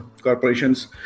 corporations